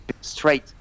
straight